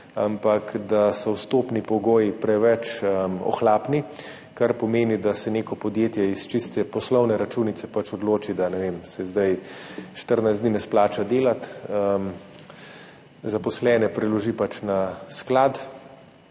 ampak da so vstopni pogoji preveč ohlapni, kar pomeni, da se neko podjetje iz čiste poslovne računice odloči, da se zdaj štirinajst dni ne splača delati, zaposlene preloži pač na sklad,